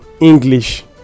english